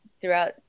throughout